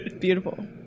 Beautiful